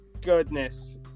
goodness